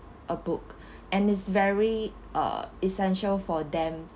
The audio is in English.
a book and it's very uh essential for them